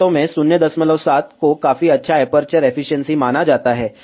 वास्तव में 07 को काफी अच्छा एपर्चर एफिशिएंसी माना जाता है